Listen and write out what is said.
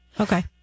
Okay